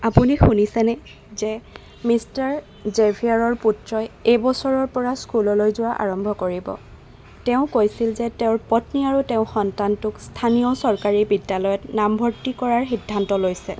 আপুনি শুনিছেনে যে মিষ্টাৰ জেভিয়াৰৰ পুত্ৰই এই বছৰৰপৰা স্কুললৈ যোৱা আৰম্ভ কৰিব তেওঁ কৈছিল যে তেওঁৰ পত্নী আৰু তেওঁ সন্তানটোক স্থানীয় চৰকাৰী বিদ্যালয়ত নামভৰ্তি কৰাৰ সিদ্ধান্ত লৈছে